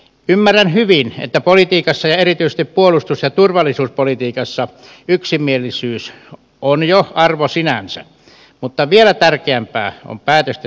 ymmärrän hyvin että politiikassa ja erityisesti puolustus ja turvallisuuspolitiikassa yksimielisyys on jo arvo sinänsä mutta vielä tärkeämpää on päätösten sisältö